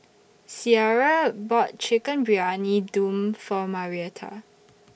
Ciera bought Chicken Briyani Dum For Marietta